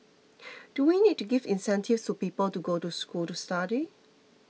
do we need to give incentives to people to go to school to study